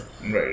right